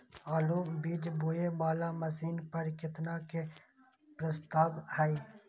आलु बीज बोये वाला मशीन पर केतना के प्रस्ताव हय?